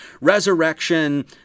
resurrection